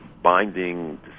binding